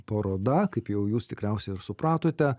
paroda kaip jau jūs tikriausiai ir supratote